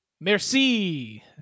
Merci